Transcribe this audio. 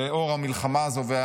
לנוכח המלחמה הזאת,